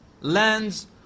lands